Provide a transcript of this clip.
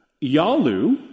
Yalu